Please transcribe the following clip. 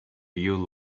you